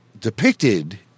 depicted